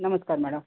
नमस्कार मॅडम